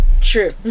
True